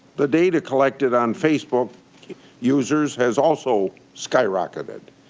the data collected on facebook users has also skyrocketed.